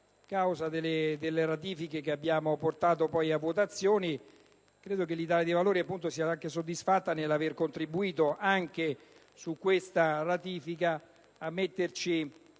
la causa delle ratifiche che abbiamo portato al voto. Credo che l'Italia dei Valori sia soddisfatta di aver contribuito a questa ratifica, mettendoci